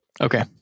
Okay